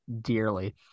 dearly